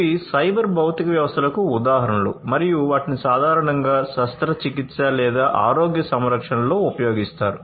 ఇవి సైబర్ భౌతిక వ్యవస్థలకు ఉదాహరణలు మరియు వాటిని సాధారణంగా శస్త్రచికిత్స లేదా ఆరోగ్య సంరక్షణలో ఉపయోగిస్తారు